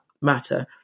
matter